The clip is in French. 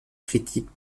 critique